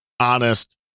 honest